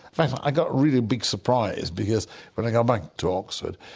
fact like i got really a big surprise because when i got back to oxford,